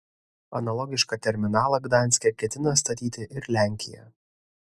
analogišką terminalą gdanske ketina statyti ir lenkija